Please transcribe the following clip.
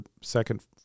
second